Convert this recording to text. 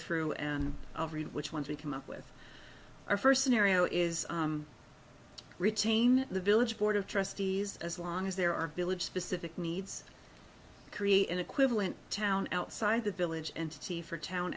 through and which ones we come up with our first scenario is retain the village board of trustees as long as there are village specific needs to create an equivalent town outside the village and see for town